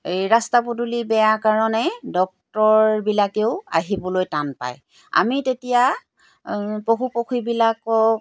এই ৰাস্তা পদূলি বেয়া কাৰণে ডক্তৰবিলাকেও আহিবলৈ টান পায় আমি তেতিয়া পশু পক্ষীবিলাকক